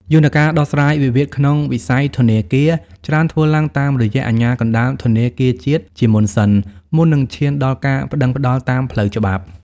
យន្តការដោះស្រាយវិវាទក្នុងវិស័យធនាគារ ច្រើនធ្វើឡើងតាមរយៈ "អាជ្ញាកណ្ដាលធនាគារជាតិ" ជាមុនសិន មុននឹងឈានដល់ការប្ដឹងផ្ដល់តាមផ្លូវច្បាប់។